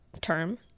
term